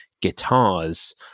Guitars